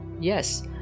Yes